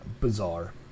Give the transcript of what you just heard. bizarre